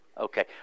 Okay